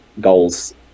goals